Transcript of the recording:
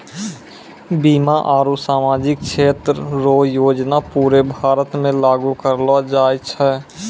बीमा आरू सामाजिक क्षेत्र रो योजना पूरे भारत मे लागू करलो जाय छै